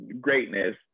greatness